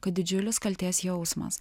kad didžiulis kaltės jausmas